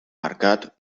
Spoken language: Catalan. marcat